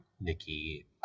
Nikki